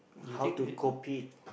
how to cope it